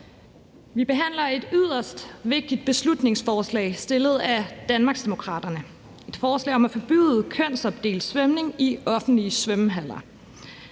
Vi behandler et yderst vigtigt beslutningsforslag fremsat af Danmarksdemokraterne. Det er et forslag om at forbyde kønsopdelt svømning i offentlige svømmehaller.